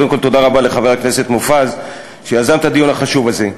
קודם כול תודה לחבר הכנסת מופז שיזם את הדיון החשוב הזה.